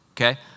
Okay